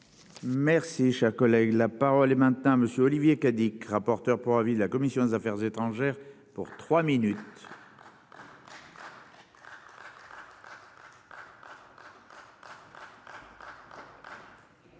Merci, cher collègue, la parole est maintenant monsieur Olivier Cadic, rapporteur pour avis de la commission des Affaires étrangères pour trois minutes.